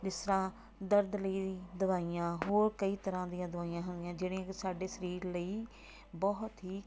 ਜਿਸ ਤਰ੍ਹਾਂ ਦਰਦ ਲਈ ਦਵਾਈਆਂ ਹੋਰ ਕਈ ਤਰ੍ਹਾਂ ਦੀਆਂ ਦਵਾਈਆਂ ਹੋਈਆਂ ਜਿਹੜੀਆਂ ਕਿ ਸਾਡੇ ਸਰੀਰ ਲਈ ਬਹੁਤ ਹੀ